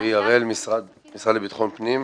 רועי הראל, המשרד לביטחון פנים.